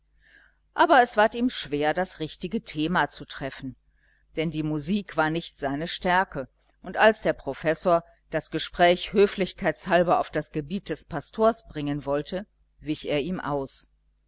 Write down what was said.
aber es ward ihm schwer das richtige thema zu treffen denn die musik war nicht seine stärke und als der professor das gespräch höflichkeitshalber auf das gebiet des pastors bringen wollte wich er ihm aus